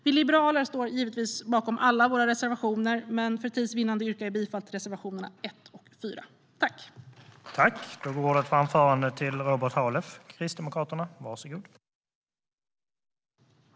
Vi liberaler står givetvis bakom alla våra reservationer, men för tids vinnande yrkar jag bifall till reservationerna 1 och 4.